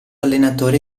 allenatore